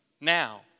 now